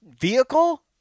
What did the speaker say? vehicle